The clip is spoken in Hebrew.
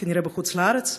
כנראה בחוץ-לארץ.